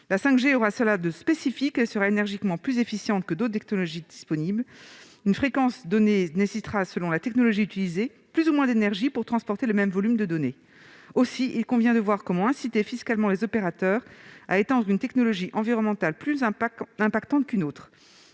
La 5G aura ceci de spécifique qu'elle sera énergiquement plus efficiente que d'autres technologies disponibles. Une fréquence donnée nécessitera, selon la technologie utilisée, plus ou moins d'énergie pour transporter le même volume de données. Aussi, il convient de voir comment inciter fiscalement les opérateurs à éteindre une technologie qui a un impact environnemental plus important qu'une autre.